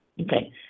Okay